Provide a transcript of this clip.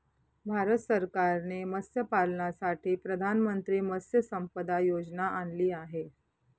भारत सरकारने मत्स्यपालनासाठी प्रधानमंत्री मत्स्य संपदा योजना आणली आहे